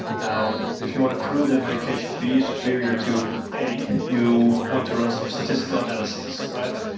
now if you want to prove that medication b is superior to a, you want to run some statistical analyses, right?